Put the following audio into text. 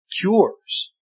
cures